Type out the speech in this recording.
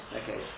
okay